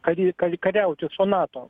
kad ji kari kariauti su nato